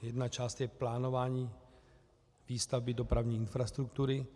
Jedna část je plánování výstavby dopravní infrastruktury.